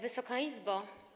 Wysoka Izbo!